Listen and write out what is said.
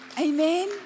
Amen